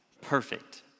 perfect